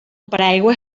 paraigua